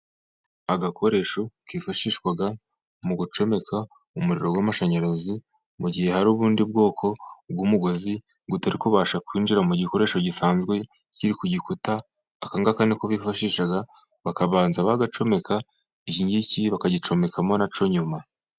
Agakoresho kifashishwa mu gucomeka umuriro w'amashanyarazi, mu gihe hari ubundi bwoko bw'umugozi utari kubasha kwinjira mu gikoresho gisanzwe kiri ku gikuta. Aka ngaka ni ko bifashisha bakabanza kugacomeka, iki ngiki bakagicomekamo nacyo nyuma.